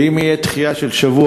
ואם תהיה דחייה של שבוע,